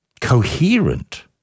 coherent